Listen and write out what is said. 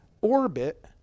orbit